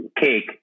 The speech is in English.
cake